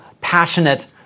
passionate